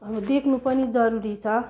अब देख्नु पनि जरुरी छ